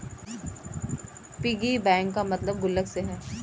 piggy bank का मतलब गुल्लक से है